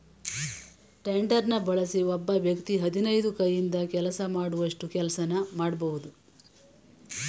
ಟೆಡರ್ನ ಬಳಸಿ ಒಬ್ಬ ವ್ಯಕ್ತಿ ಹದಿನೈದು ಕೈಯಿಂದ ಕೆಲಸ ಮಾಡೋಷ್ಟು ಕೆಲ್ಸನ ಮಾಡ್ಬೋದು